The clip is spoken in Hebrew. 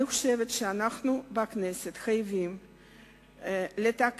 אני חושבת שאנחנו בכנסת חייבים לתקן,